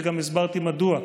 וגם הסברתי מדוע.